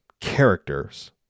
characters